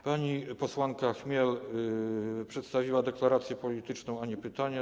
Pani posłanka Chmiel przedstawiła deklarację polityczną, a nie pytanie.